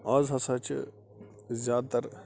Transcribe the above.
اَز ہَسا چھِ زیادٕ تر